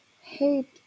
Hey